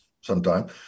sometime